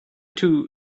two